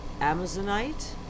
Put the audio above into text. amazonite